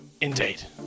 Indeed